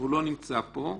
והוא לא נמצא פה.